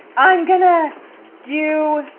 i'm going to do